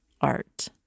art